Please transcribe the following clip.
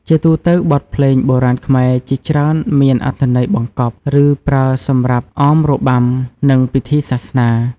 ជាទូទៅ បទភ្លេងបុរាណខ្មែរជាច្រើនមាន អត្ថន័យបង្កប់ ឬប្រើសម្រាប់អមរបាំ និងពិធីសាសនា។